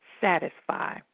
satisfy